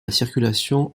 circulation